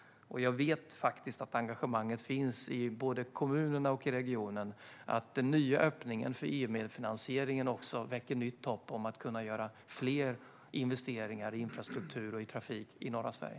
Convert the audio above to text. Jag vet att engagemanget finns i både kommunerna och regionen, och den nya öppningen för EU-medfinansieringen väcker också nytt hopp om att kunna göra fler investeringar i infrastruktur och trafik i norra Sverige.